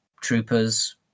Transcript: troopers